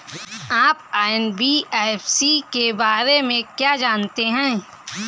आप एन.बी.एफ.सी के बारे में क्या जानते हैं?